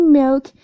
milk